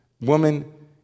woman